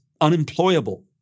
unemployable